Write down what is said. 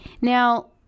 Now